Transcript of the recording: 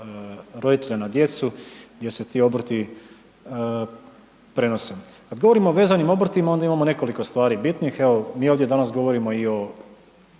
roditelja na djecu, gdje se ti obrti prenose. Kad govorimo o vezanim obrtima, onda imamo nekoliko stvari bitnih, evo mi ovdje danas govorimo i o